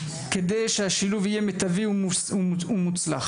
כדי שהשילוב יהיה מיטבי ומוצלח.